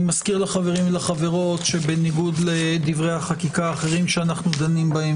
אני מזכיר לחברים ולחברות שבניגוד לדברי החקיקה האחרים שאנחנו דנים בהם,